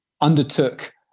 undertook